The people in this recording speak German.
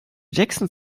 jackson